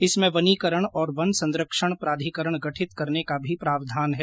इसमें वनीकरण और वन संरक्षण प्राधिकरण गठित करने का भी प्रविधान है